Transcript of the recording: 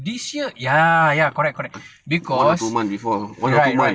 this year ya correct correct because right right right